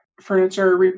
furniture